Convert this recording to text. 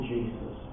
Jesus